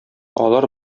алар